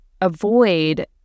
avoid